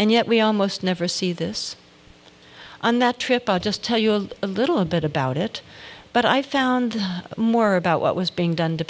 and yet we almost never see this on that trip i just tell you a little bit about it but i found more about what was being done to